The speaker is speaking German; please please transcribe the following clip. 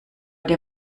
dir